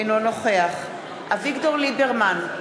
אינו נוכח אביגדור ליברמן,